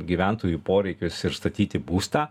gyventojų poreikius ir statyti būstą